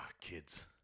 kids